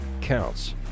counts